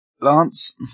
Lance